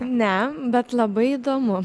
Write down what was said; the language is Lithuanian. ne bet labai įdomu